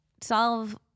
solve